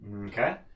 Okay